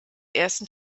ersten